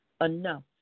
enough